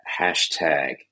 hashtag